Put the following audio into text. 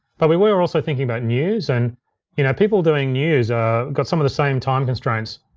but we were also thinking about news, and you know people doing news ah got some of the same time constraints.